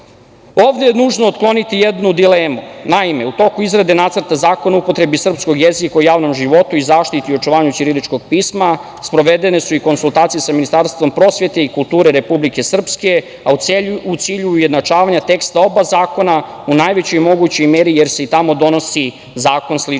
je nužno otkloniti jednu dilemu. Naime, u toku izrade Nacrta zakona o upotrebi srpskog jezika u javnom životu i zaštiti i očuvanju ćiriličnog pisma sprovedene su i konsultacije sa Ministarstvom prosvete i kulture Republike Srpske, a u cilju ujednačavanja teksta oba zakona u najvećoj mogućoj meri, jer se i tamo donosi zakon slične